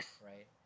right